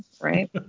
right